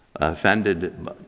offended